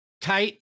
tight